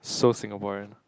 so Singaporean